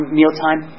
mealtime